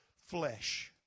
flesh